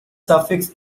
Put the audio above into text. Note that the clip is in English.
suffix